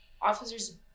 officers